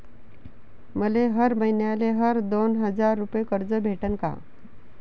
मले हर मईन्याले हर दोन हजार रुपये कर्ज भेटन का?